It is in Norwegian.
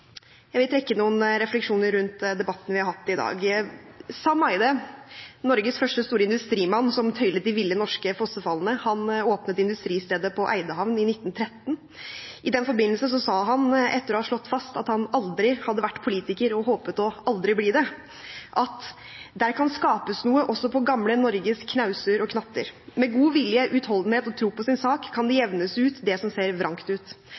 Jeg vil trekke noen refleksjoner rundt debatten vi har hatt i dag. Sam Eyde, Norges første store industrimann, som tøylet de ville norske fossefallene, åpnet industristedet på Eydehavn i 1913. I den forbindelse sa han etter å ha slått fast at han aldri hadde vært politiker, og håpet aldri å bli det, at «der kan skapes noe også på gamle Norges knauser og knatter. Med god vilje, utholdenhet og tro på sin sak, kan det jevnes ut det som ser vrangt ut.»